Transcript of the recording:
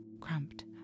cramped